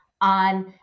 on